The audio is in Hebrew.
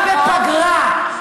גם בפגרה.